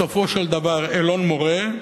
בסופו של דבר, אלון-מורה.